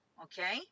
Okay